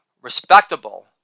respectable